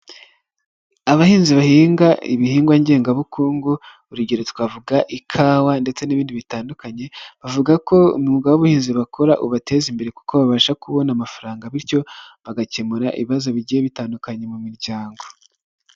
Abahinzi bahinga ibihingwa ngengabukungu, urugero twavuga ikawa ndetse n'ibindi bitandukanye, bavuga ko umwuga w'ubuhinzi bakora ubateza imbere kuko babasha kubona amafaranga bityo, bagakemura ibibazo bigiye bitandukanye mu miryango.